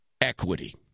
equity